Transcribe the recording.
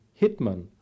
hitman